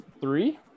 three